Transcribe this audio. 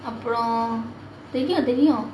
அப்புறம் செய்யவா தெரியும்:appuram seiyavaa theriyum